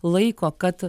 laiko kad